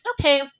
okay